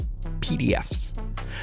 PDFs